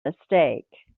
mistake